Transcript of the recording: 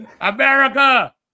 America